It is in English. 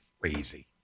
crazy